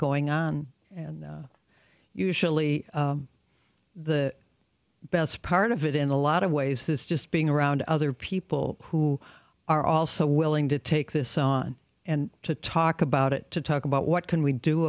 going on and usually the best part of it in a lot of ways this is just being around other people who are also willing to take this on and to talk about it to talk about what can we do